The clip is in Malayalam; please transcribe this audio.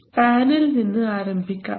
സ്പാനിൽ നിന്ന് ആരംഭിക്കാം